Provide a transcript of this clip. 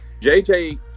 JJ